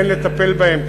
כן לטפל בהם,